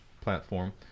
platform